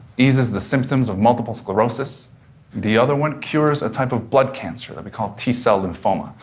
eases the symptoms of multiple sclerosis the other one cures a type of blood cancer that we call t-cell lymphoma.